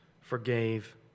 forgave